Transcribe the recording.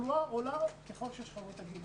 התחלואה עולה ככל ששכבות הגיל עולות.